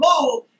move